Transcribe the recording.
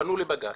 פנו לבג"צ,